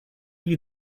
you